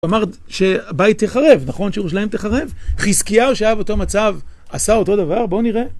הוא אמר שהבית יחרב, נכון, שירושלים תחרב? חזקיהו שהיה באותו מצב, עשה אותו דבר? בואו נראה.